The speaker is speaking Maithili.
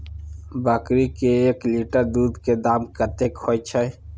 बकरी के एक लीटर दूध के दाम कतेक होय छै?